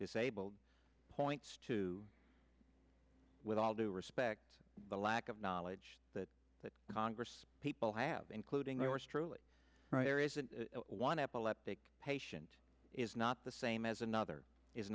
disabled points to with all due respect the lack of knowledge that the congress people have including yours truly there isn't one epileptic patient is not the same as another is